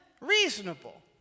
reasonable